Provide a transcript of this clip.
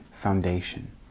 foundation